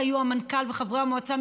המנכ"ל וחברי המועצה,